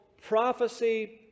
prophecy